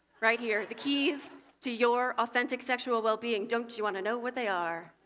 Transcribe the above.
right here the keys to your authentic sexual well-being. don't you want to know what they are?